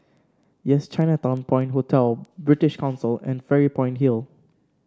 Yes Chinatown Point Hotel British Council and Fairy Point Hill